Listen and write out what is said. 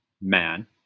man